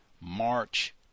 March